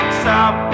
stop